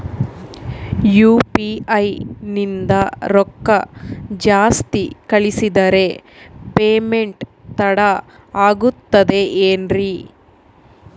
UPI ನಿಂದ ರೊಕ್ಕ ಜಾಸ್ತಿ ಕಳಿಸಿದರೆ ಪೇಮೆಂಟ್ ತಡ ಆಗುತ್ತದೆ ಎನ್ರಿ?